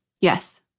Yes